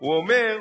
הוא אומר: